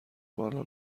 بالا